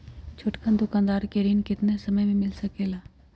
छोटकन दुकानदार के ऋण कितने समय मे मिल सकेला?